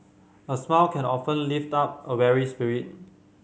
a smile can often lift up a weary spirit